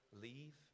leave